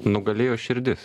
nugalėjo širdis